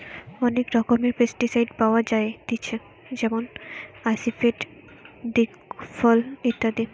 অনেক রকমের পেস্টিসাইড পাওয়া যায়তিছে যেমন আসিফেট, দিকফল ইত্যাদি